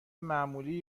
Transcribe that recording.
معمولی